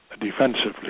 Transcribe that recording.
defensively